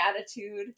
attitude